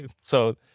so-